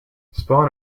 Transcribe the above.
spawn